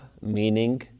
meaning